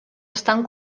estan